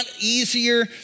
easier